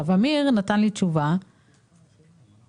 אמיר, זאת